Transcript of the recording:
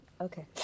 Okay